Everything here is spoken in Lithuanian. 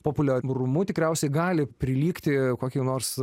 populiarumu tikriausiai gali prilygti kokiai nors